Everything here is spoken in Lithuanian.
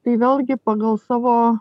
tai vėlgi pagal savo